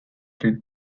three